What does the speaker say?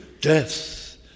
Death